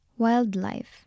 Wildlife